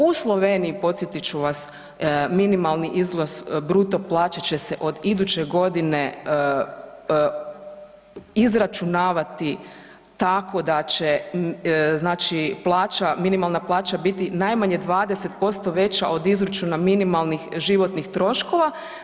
U Sloveniji podsjetit ću vam minimalni izvoz bruto plaće će se od iduće godine izračunavati tako da će znači plaća, minimalna plaća biti najmanje 20% veća od izračuna minimalnih životnih troškova.